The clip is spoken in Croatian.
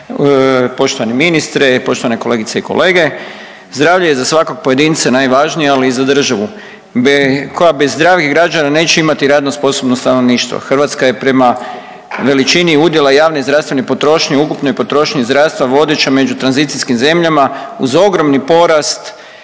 poštovani ministre, poštovane kolegice i kolege. Zdravlje je za svakog pojedinca najvažnije, ali i za državu koja bez zdravih građana neće imati radno sposobno stanovništvo. Hrvatska je prema veličini udjela i javne zdravstvene potrošnje, ukupne potrošnje zdravstva vodeća među tranzicijskim zemljama uz ogromni porast